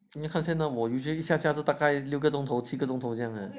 你看现在我 usually 一下下次大概六个钟头几个钟头这样 leh